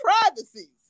privacy